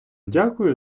дякую